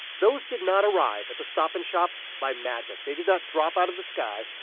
those did not arrive at the stop and shop by magic. they did not drop out of the sky.